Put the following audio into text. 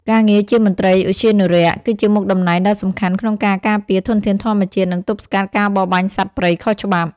ការងារជាមន្ត្រីឧទ្យានុរក្ស គឺជាមុខតំណែងដ៏សំខាន់ក្នុងការការពារធនធានធម្មជាតិ និងទប់ស្កាត់ការបរបាញ់សត្វព្រៃខុសច្បាប់។